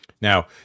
Now